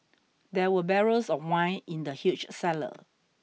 there were barrels of wine in the huge cellar